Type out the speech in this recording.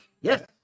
yes